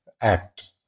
act